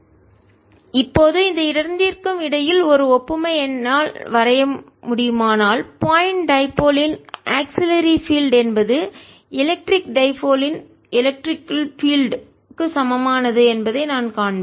E0 அதனால் H ≡E இப்போது இந்த இரண்டிற்கும் இடையில் ஒரு ஒப்புமையை என்னால் வரைய முடியுமானால் பாயிண்ட் டைபோல் புள்ளி இருமுனை யின் ஆக்ஸிலரி பீல்டு துணை புலம் என்பது எலெக்ட்ரிக் டைபோல் யின் இருமுனையின் எலெக்ட்ரிக் பீல்டு மின்சார புலத்திற்கு க்கு சமமானது என்பதை நான் காண்பேன்